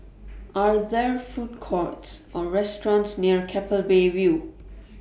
Are There Food Courts Or restaurants near Keppel Bay View